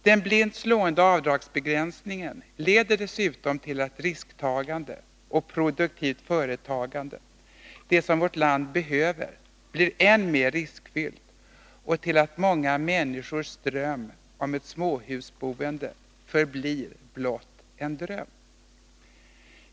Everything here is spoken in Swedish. Den blint slående avdragsbegränsningen leder dessutom till att risktagande och produktivt företagande — det som vårt land behöver — blir än mer riskfyllt och till att många människors dröm om ett småhusboende förblir blott en dröm.